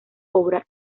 obra